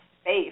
space